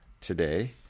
today